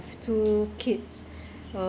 two kids uh